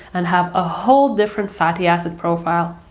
and have a whole different fatty acid profile.